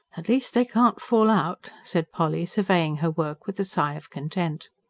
at least they can't fall out, said polly, surveying her work with a sigh of content.